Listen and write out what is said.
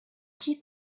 qui